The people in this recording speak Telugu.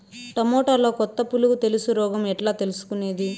టమోటాలో కొత్త పులుగు తెలుసు రోగం ఎట్లా తెలుసుకునేది?